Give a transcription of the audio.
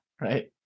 right